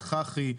חח"י,